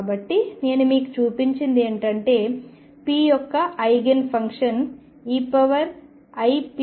కాబట్టి నేను మీకు చూపించినది ఏమిటంటే p యొక్క ఐగెన్ ఫంక్షన్ eipx